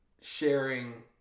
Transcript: sharing